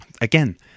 Again